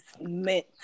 meant